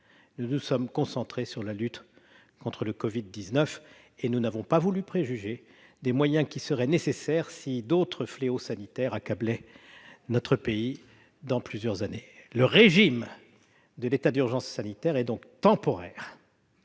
Nous nous sommes concentrés sur la lutte contre le Covid-19, et nous n'avons pas voulu préjuger des moyens qui seraient nécessaires si d'autres fléaux sanitaires accablaient notre pays dans plusieurs années. Le régime de l'état d'urgence sanitaire est donc temporaire.